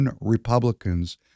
Republicans